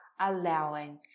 allowing